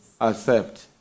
accept